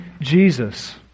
Jesus